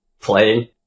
playing